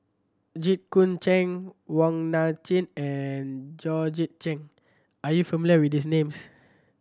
Jit Koon Ch'ng Wong Nai Chin and Georgette Chen are you familiar with these names